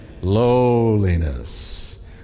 Lowliness